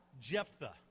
Jephthah